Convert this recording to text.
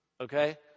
Okay